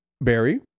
Barry